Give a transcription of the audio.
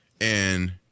and-